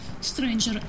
stranger